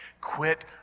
Quit